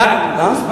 בוא נגדיל עוד.